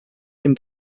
dem